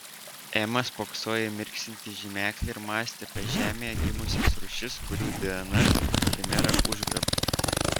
ema spoksojo į mirksintį žymeklį ir mąstė apie žemėje gimusias rūšis kurių dnr chimera užgrobė